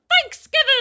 Thanksgiving